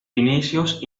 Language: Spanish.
inicios